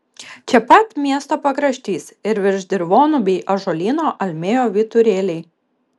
čia pat miesto pakraštys ir virš dirvonų bei ąžuolyno almėjo vyturėliai